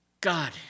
God